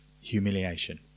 humiliation